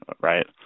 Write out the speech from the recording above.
right